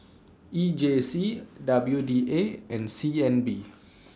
E J C W D A and C N B